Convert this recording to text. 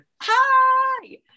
Hi